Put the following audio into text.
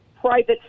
private